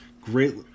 great